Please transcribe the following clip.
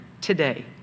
today